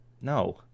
No